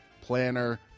planner